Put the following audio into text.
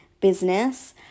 business